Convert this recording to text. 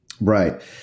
right